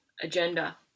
agenda